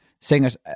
singers